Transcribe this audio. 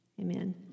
Amen